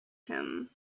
him